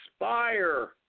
inspire